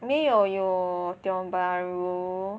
没有有 Tiong-Bahru